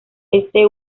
este